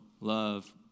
love